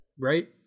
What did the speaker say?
Right